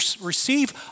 receive